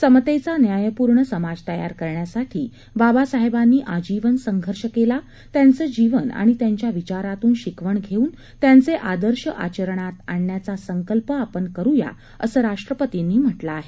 समतेचा न्यायपूर्ण समाज तयार करण्यासाठी बाबासाहेबांनी आजीवन संघर्ष केला त्यांचं जीवन आणि त्यांच्या विचारातून शिकवण घेऊन त्यांचे आदर्श आचरणात आणण्याचा संकल्प आपण करूया असं राष्ट्रपतींनी म्हा कें आहे